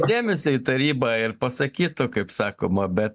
dėmesio į tarybą ir pasakytų kaip sakoma bet